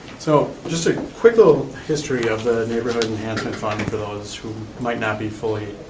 so just a quick little history of the neighborhood enhancement fund for those who might not be fully,